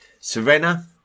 Serena